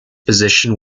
position